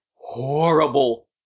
horrible